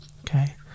okay